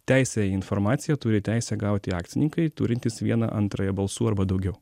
teisę į informaciją turi teisę gauti akcininkai turintys vieną anrąją balsų arba daugiau